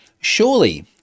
surely